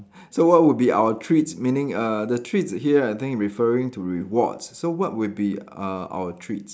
so what would be our treats meaning uh the treats here I think referring to rewards so what would be uh our treats